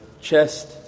chest